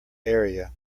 area